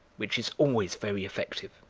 which is always very effective.